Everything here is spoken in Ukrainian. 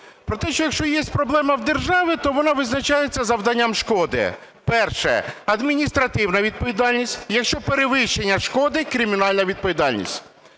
Про те, що якщо є проблема в держави, то вона визначається завданням шкоди. Перше – адміністративна відповідальність. Якщо перевищення шкоди – кримінальна відповідальність.